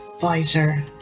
visor